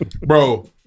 Bro